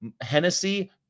hennessy